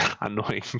annoying